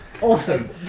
Awesome